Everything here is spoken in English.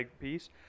piece